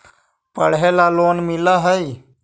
पढ़े ला लोन मिल है?